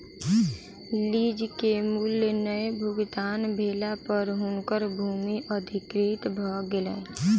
lease के मूल्य नै भुगतान भेला पर हुनकर भूमि अधिकृत भ गेलैन